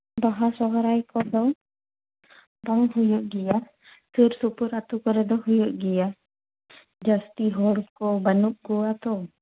ᱵᱟᱦᱟ ᱥᱚᱦᱨᱟᱭ ᱠᱚᱫᱚ ᱵᱟᱝ ᱦᱩᱭᱩᱜ ᱜᱮᱭᱟ ᱥᱩᱨ ᱥᱩᱯᱩᱨ ᱟᱹᱛᱩ ᱠᱚᱨᱮ ᱫᱚ ᱦᱩᱭᱩᱜ ᱜᱮᱭᱟ ᱡᱟᱹᱥᱛᱤ ᱦᱚᱲ ᱠᱚ ᱵᱟᱹᱱᱩᱜ ᱠᱚᱣᱟ ᱛᱚ